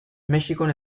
mexikon